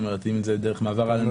אם זה דרך מעבר אלנבי,